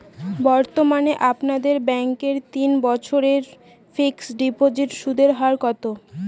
বর্তমানে আপনাদের ব্যাঙ্কে তিন বছরের ফিক্সট ডিপোজিটের সুদের হার কত?